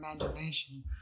imagination